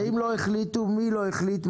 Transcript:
אם לא החליטו מי לא החליט,